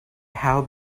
have